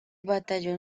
batallón